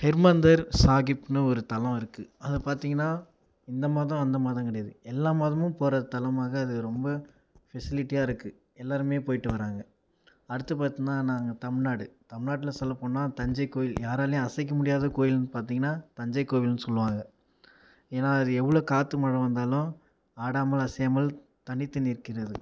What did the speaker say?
ஹெர்மந்தர் ஷாகிப்னு ஒரு தலம் இருக்குது அதை பார்த்தீங்கன்னா இந்த மதம் அந்த மதம் கிடையாது எல்லா மதமும் போகிற தலமாக அது ரொம்ப ஃபெசிலிட்டியாக இருக்குது எல்லோருமே போயிட்டு வர்றாங்க அடுத்து பார்த்தோன்னா நாங்கள் தமிழ்நாடு தமிழ்நாட்டில் சொல்லப்போனால் தஞ்சைக் கோயில் யாராலையும் அசைக்க முடியாத கோயில்னு பார்த்தீங்கன்னா தஞ்சைக் கோவில்னு சொல்லுவாங்க ஏனால் அது எவ்வளோ காற்று மழை வந்தாலும் ஆடாமல் அசையாமல் தனித்து நிற்கிறது